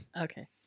Okay